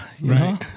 Right